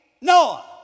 Noah